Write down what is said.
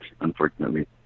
unfortunately